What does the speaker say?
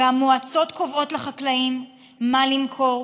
והמועצות קובעות לחקלאים מה למכור,